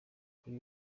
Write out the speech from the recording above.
kuri